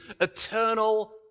eternal